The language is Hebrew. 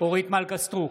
אורית מלכה סטרוק,